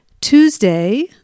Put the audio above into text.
Tuesday